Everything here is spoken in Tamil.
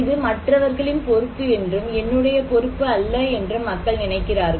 இது மற்றவர்களின் பொறுப்பு என்றும் என்னுடைய பொறுப்பு அல்ல என்றும் மக்கள் நினைக்கிறார்கள்